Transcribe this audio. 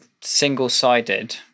single-sided